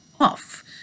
off